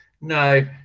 No